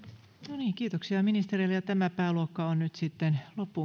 no niin kiitoksia ministereille tämän pääluokan käsittely nyt sitten